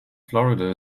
florida